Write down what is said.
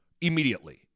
immediately